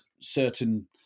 certain